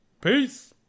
Peace